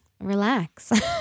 relax